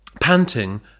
Panting